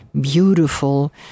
beautiful